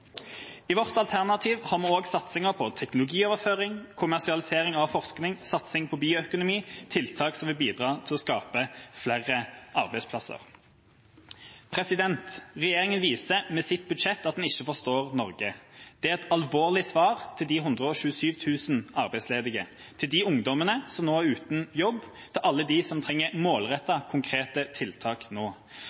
I vårt alternativ har vi også satsinger på teknologioverføring, på kommersialisering av forskning og på bioøkonomi – tiltak som vil bidra til å skape flere arbeidsplasser. Regjeringa viser med sitt budsjett at den ikke forstår Norge. Det er et alvorlig svar til de 127 000 arbeidsledige, til de ungdommene som nå er uten jobb, til alle dem som trenger målrettede, konkrete tiltak nå.